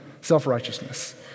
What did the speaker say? self-righteousness